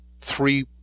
three